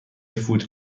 فوت